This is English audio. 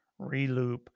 reloop